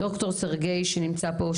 ד"ר סרגיי שנמצא פה,